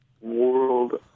World